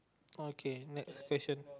okay next question